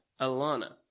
Alana